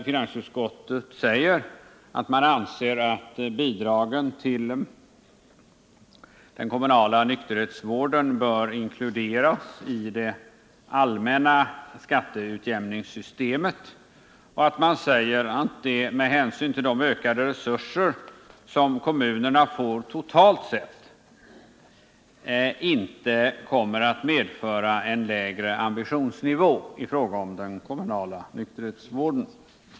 Finansutskottet säger där att man anser att bidragen till den kommunala nykterhetsvården bör inkluderas i det allmänna skattehöjningssystemet och att det med hänsyn till de ökade resurser som kommunerna får totalt sett inte kommer att medföra en lägre ambitionsnivå i fråga om den kommunala nykterhetsvården.